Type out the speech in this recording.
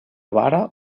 vara